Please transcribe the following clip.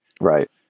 Right